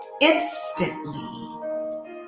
instantly